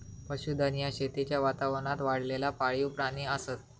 पशुधन ह्या शेतीच्या वातावरणात वाढलेला पाळीव प्राणी असत